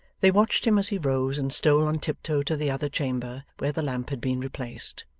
they watched him as he rose and stole on tiptoe to the other chamber where the lamp had been replaced.